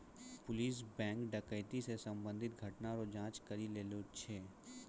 police bank डकैती से संबंधित घटना रो जांच करी रहलो छै